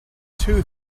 two